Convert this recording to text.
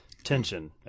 Tension